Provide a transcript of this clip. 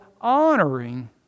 honoring